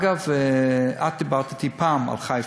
אגב, את דיברת אתי פעם על חיפה,